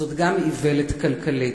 זו גם איוולת כלכלית.